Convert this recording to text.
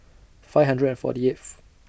five hundred and forty eighth